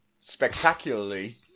spectacularly